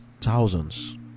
thousands